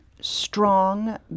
strong